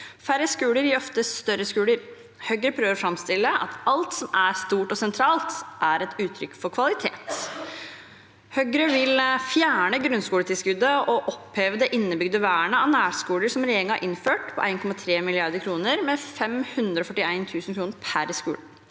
Færre skoler gir ofte større skoler. Høyre prøver å framstille det som at alt som er stort og sentralt, er et uttrykk for kvalitet. Høyre vil fjerne grunnskoletilskuddet og oppheve det innebygde vernet av nærskoler som regjeringen har innført, på 1,3 mrd. kr, med 541 000 kr per skole.